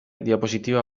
diapositiba